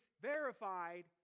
verified